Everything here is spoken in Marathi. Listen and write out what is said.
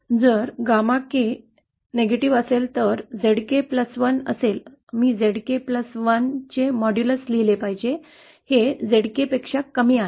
जर γ k नकारात्मक असेल तर Zk प्लस वन असेल मी Zk १ चे मॉड्यूलस लिहिलेले पाहिजे हे Zkपेक्षा कमी आहे